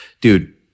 Dude